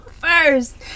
First